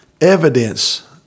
evidence